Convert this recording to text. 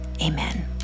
amen